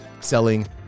selling